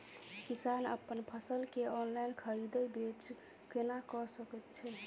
किसान अप्पन फसल केँ ऑनलाइन खरीदै बेच केना कऽ सकैत अछि?